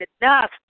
enough